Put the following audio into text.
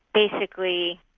basically,